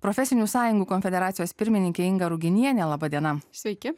profesinių sąjungų konfederacijos pirmininkė inga ruginienė laba diena sveiki